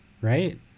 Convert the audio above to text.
right